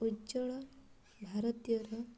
ଉଜ୍ଜ୍ୱଳ ଭାରତୀୟର